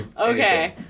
Okay